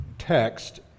text